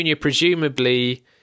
presumably